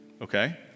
okay